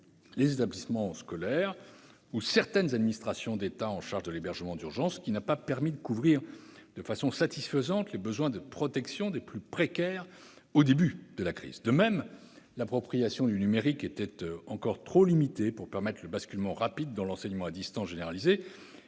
les établissements scolaires ou certaines administrations d'État en charge de l'hébergement d'urgence, ce qui n'a pas permis de couvrir de façon satisfaisante les besoins de protection des plus précaires au début de la crise. De même, l'appropriation du numérique était encore trop limitée pour permettre le basculement rapide dans l'enseignement à distance généralisé.